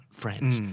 friends